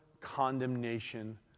condemnation